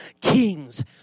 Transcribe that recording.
kings